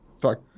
fuck